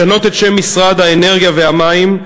לשנות את שם משרד האנרגיה והמים,